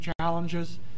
challenges